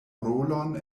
rolon